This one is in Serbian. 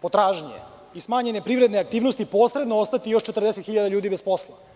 potražnje i smanjene privredne aktivnost neposredno ostati još 40 hiljada ljudi bez posla.